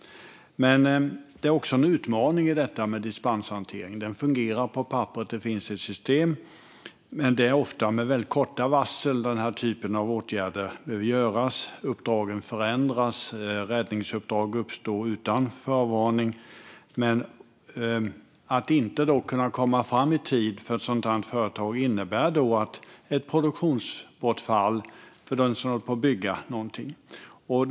Det finns dock också en utmaning med dispenshanteringen. Den fungerar på papperet, och det finns ett system. Men det är ofta med väldigt kort varsel den här typen av åtgärder behöver vidtas. Uppdragen förändras, och räddningsuppdrag uppstår utan förvarning. Att då inte kunna komma fram i tid innebär ett produktionsbortfall för ett sådant här företag och för dem som håller på att bygga någonting.